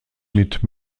mit